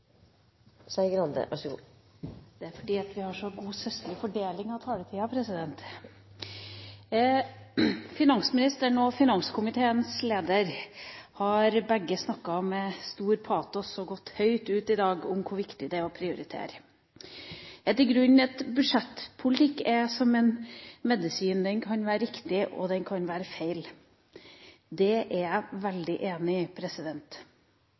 Skei Grande, som har en taletid på inntil 7 minutter. Her har partiet delt likt – nesten. Det er fordi vi har så god søsterlig fordeling av taletida. Finansministeren og finanskomiteens leder har begge snakket med stor patos og gått høyt ut i dag om hvor viktig det er å prioritere. Budsjettpolitikk er som medisin, den kan være riktig, og den kan være feil. Det er jeg veldig enig i.